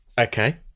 Okay